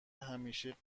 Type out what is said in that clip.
همیشه